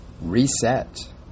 reset